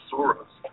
Soros